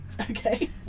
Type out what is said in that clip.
Okay